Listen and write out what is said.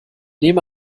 nehme